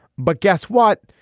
but guess what.